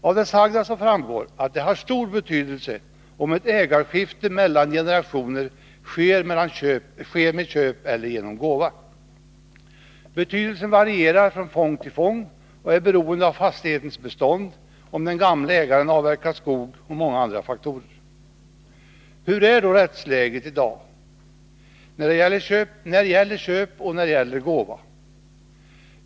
Av det sagda framgår att det har stor betydelse om ett ägarskifte mellan generationer sker genom köp eller genom gåva. Betydelsen varierar från fång till fång och är beroende av fastighetens bestånd, om den gamle ägaren har avverkat skog och många andra faktorer. Hur är då rättsläget i dag? När är det köp och när är det gåva?